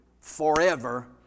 forever